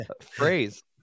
Phrase